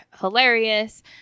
hilarious